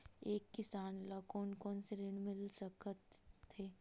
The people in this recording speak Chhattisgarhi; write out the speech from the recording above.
एक किसान ल कोन कोन से ऋण मिल सकथे?